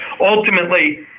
Ultimately